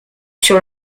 sur